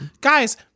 Guys